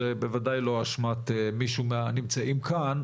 זה בוודאי לא אשמת מישהו הנמצאים כאן,